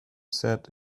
sat